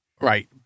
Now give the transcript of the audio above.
Right